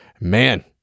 man